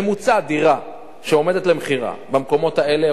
ממוצע דירה שעומדת למכירה במקומות האלה,